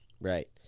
right